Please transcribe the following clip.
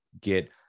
get